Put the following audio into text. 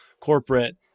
corporate